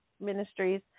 Ministries